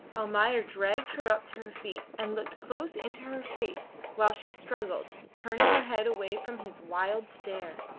almayer dragged her up to her feet and looked close into her face while she struggled, turning her head away from his wild stare.